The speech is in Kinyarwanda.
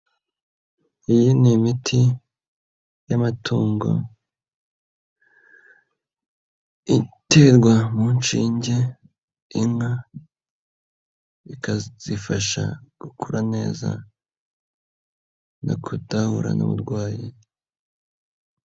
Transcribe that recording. Iyi ni imiti y'amatungo iterwa mu nshinge inka ikazifasha gukura neza no kudahura n'uburwayi.